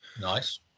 Nice